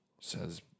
says